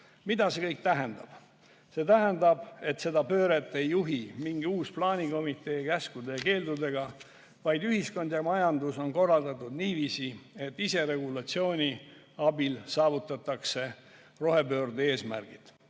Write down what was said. Mida see kõik tähendab? See tähendab, et seda pööret ei juhi mingi uus plaanikomitee käskude ja keeldudega, vaid ühiskond ja majandus on korraldatud niiviisi, et iseregulatsiooni abil saavutatakse rohepöörde eesmärgid.